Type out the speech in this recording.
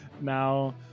now